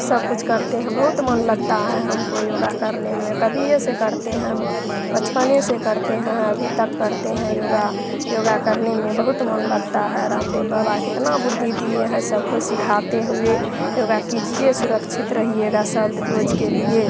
सब कुछ करते हैं बहुत मन लगता है हमको योगा करने में कभी ऐसे करते हैं हम बचपन से करते हैं अभी तक करते हैं योगा योगा करने में बहुत मन लगता है रामदेव बाबा कितना बुद्धि दिए हैं सबको सिखाते हुए योगा कीजिए सुरक्षित रहिएगा सब रोज के लिए